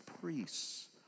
priests